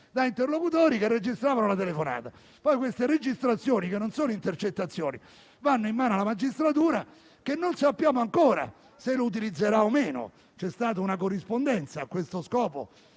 da interlocutori che registravano la telefonata. Poi quelle registrazioni, che non sono intercettazioni, vanno in mano alla magistratura, che non sappiamo ancora se le utilizzerà o no. C'è stata una corrispondenza a questo scopo